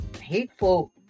hateful